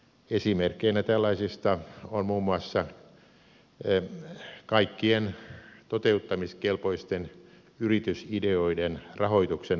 esimerkkinä tällaisista on muun muassa kaikkien toteuttamiskelpoisten yritysideoiden rahoituksen varmistaminen